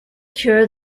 cure